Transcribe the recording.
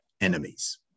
enemies